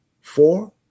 four